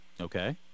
Okay